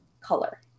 color